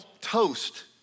toast